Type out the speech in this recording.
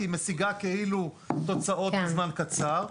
כי היא משיגה כאילו תוצאות בזמן קצר.